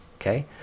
okay